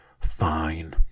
fine